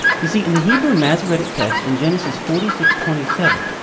you see in the hebrew masoretic text, in genesis forty six twenty seven,